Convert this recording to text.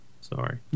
Sorry